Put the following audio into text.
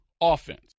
offense